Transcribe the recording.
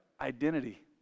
identity